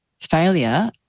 failure